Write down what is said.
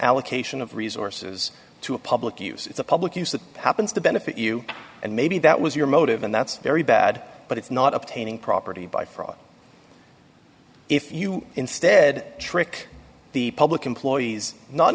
allocation of resources to a public use it's a public use that happens to benefit you and maybe that was your motive and that's very bad but it's not obtaining property by fraud if you instead trick the public employees not